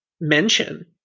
mention